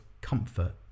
comfort